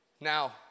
Now